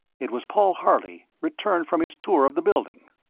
it was paul harley returned from his tour of the building.